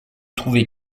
trouver